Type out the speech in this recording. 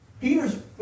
Peter's